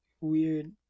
Weird